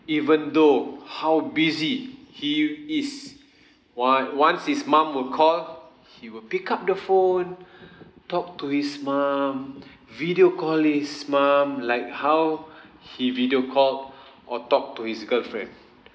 even though how busy he is one once his mum will call he will pick up the phone talk to his mum video call his mum like how he video called or talk to his girlfriend